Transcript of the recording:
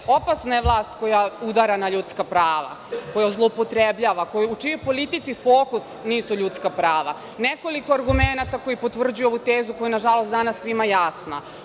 Opasna je vlast koja udara na ljudska prava, koja zloupotrebljva, u čijoj politici fokus nisu ljudska prava, nekoliko argumenata koji potvrđuju ovu tezu koja je nažalost danas svima jasna.